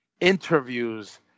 interviews